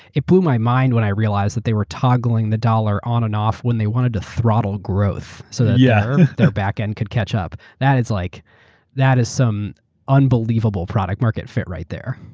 it blew my mind when i realized that they were toggling the dollar on and off when they wanted to throttle growth, so that yeah their back-end could catch up. that is like that is some unbelievable product-market fit right there.